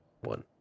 one